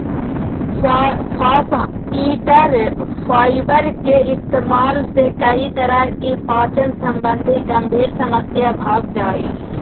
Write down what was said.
फास्इटर फाइबर के इस्तेमाल से कई तरह की पाचन संबंधी गंभीर समस्या भाग जा हइ